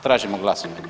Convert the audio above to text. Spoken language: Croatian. Tražimo glasovanje.